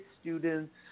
students